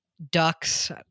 Ducks